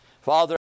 Father